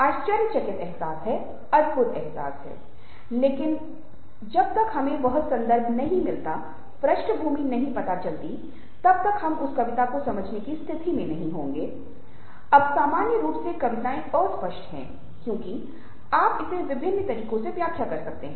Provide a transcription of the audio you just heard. आश्चर्य चकित अहसास है अद्भुत अहसास है लेकिन जहतक हमे वह संदर्भ नहीं मिलता पृष्टभूमि नहीं पता चलती ताबतक हम उस कविता को समझने की स्थिति मे नही होंगे अब सामान्य रूप से कविताएं अस्पष्ट हैं क्योंकि आप इसे विभिन्न तरीकों से व्याख्या कर सकते हैं